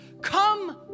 come